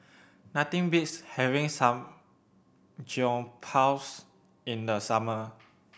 nothing beats having Samgyeopsal in the summer